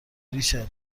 ریچل